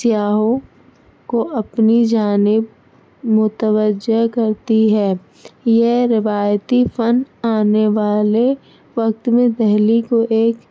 سیاحوں کو اپنی جانب متوجہ کرتی ہے یہ روایتی فن آنے والے وقت میں دہلی کو ایک